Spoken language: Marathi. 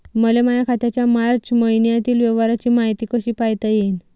मले माया खात्याच्या मार्च मईन्यातील व्यवहाराची मायती कशी पायता येईन?